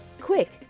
Quick